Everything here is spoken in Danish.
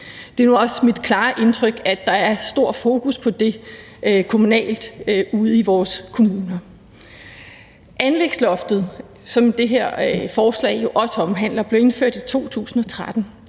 Det er jo også mit klare indtryk, at der kommunalt er et stort fokus på det, altså ude i vores kommuner. Anlægsloftet, som det her forslag jo også omhandler, blev indført i 2013,